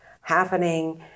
happening